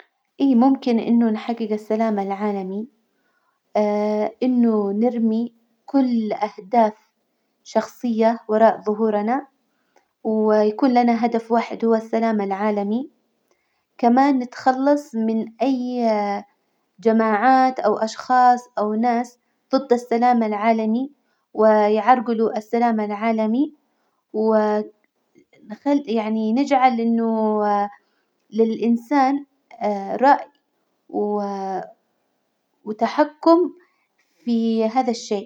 إي ممكن إنه نحجج السلام العالمي إنه نرمي كل أهداف شخصية وراء ظهورنا، ويكون لنا هدف واحد هو السلام العالمي، كمان نتخلص من أي جماعات أو أشخاص أو ناس ضد السلام العالمي ويعرجلوا السلام العالمي، ونخ- يعني نجعل إنه للإنسان رأي وتحكم في هذا الشيء.